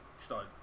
Start